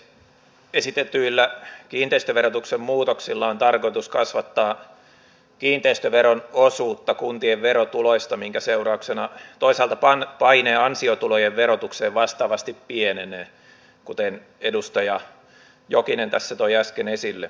esitetyillä kiinteistöverotuksen muutoksilla on tarkoitus kasvattaa kiinteistöveron osuutta kuntien verotuloista minkä seurauksena toisaalta paine ansiotulojen verotukseen vastaavasti pienenee kuten edustaja jokinen tässä toi äsken esille